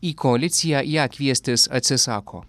į koaliciją ją kviestis atsisako